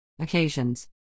Occasions